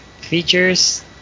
features